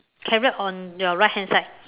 carrot on your right hand side